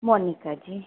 ਮੋਨਿਕਾ ਜੀ